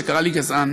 שקרא לי גזען.